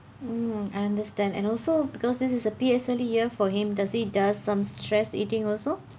mm I understand and also because this is a P_S_L_E year for him does he does some stress eating also